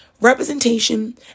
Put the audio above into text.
representation